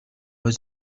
his